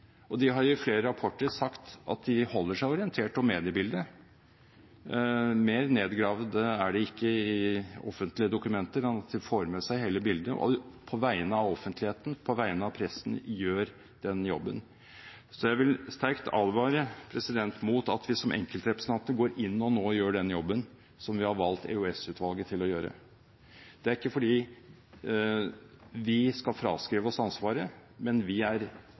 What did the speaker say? og de har i flere rapporter sagt at de holder seg orientert om mediebildet. Mer nedgravd er de ikke i offentlige dokumenter enn at de får med seg hele bildet og på vegne av offentligheten, på vegne av pressen, gjør den jobben. Så jeg vil sterkt advare mot at vi som enkeltrepresentanter går inn og nå gjør den jobben som vi har valgt EOS-utvalget til å gjøre. Det er ikke fordi vi skal fraskrive oss ansvaret, men vi er